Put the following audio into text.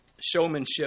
showmanship